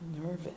Nervous